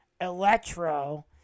Electro